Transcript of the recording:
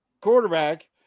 quarterback